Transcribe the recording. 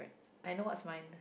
I know what's my